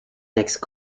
next